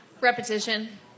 Repetition